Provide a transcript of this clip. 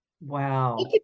Wow